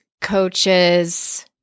coaches